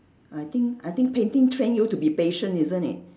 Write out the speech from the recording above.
I think I think painting train you to be patient isn't it